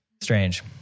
strange